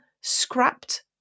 scrapped